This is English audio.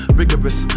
rigorous